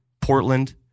Portland